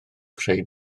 creu